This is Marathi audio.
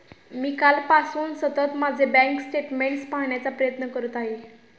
मी कालपासून सतत माझे बँक स्टेटमेंट्स पाहण्याचा प्रयत्न करत आहे